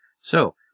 So